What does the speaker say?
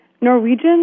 Norwegian